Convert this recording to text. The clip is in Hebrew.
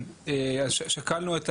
אז שקלנו,